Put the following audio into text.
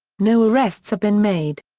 no arrests have been made.